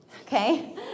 okay